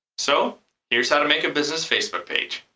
so here's how to make a business facebook page.